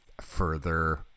further